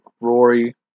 Rory